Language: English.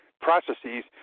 processes